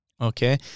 Okay